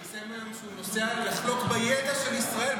הוא פרסם היום שהוא נוסע לחלוק בידע של ישראל,